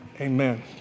Amen